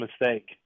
mistake